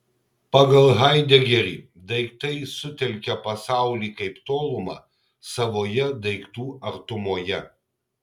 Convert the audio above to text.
pagal haidegerį daiktai sutelkia pasaulį kaip tolumą savoje daiktų artumoje